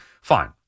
fine